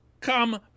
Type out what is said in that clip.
come